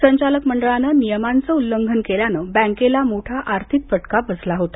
संचालक मंडळानं नियमांचं उल्लंघन केल्यानं बँकेला मोठा आर्थिक फटका बसला होता